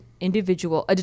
individual